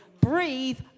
breathe